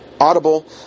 audible